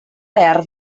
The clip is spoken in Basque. behar